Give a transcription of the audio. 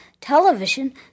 television